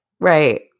Right